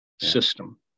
system